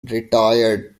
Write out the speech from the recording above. retired